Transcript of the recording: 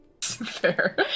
Fair